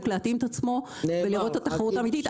להתאים את עצמו ולראות את התחרות האמיתית.